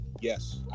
Yes